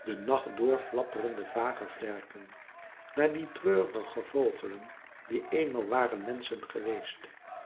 de nacht doorflapperende vage vlerken naar die treurige vogelen die eenmaal waren menschen geweest